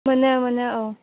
मोनो मोनो औ